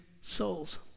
souls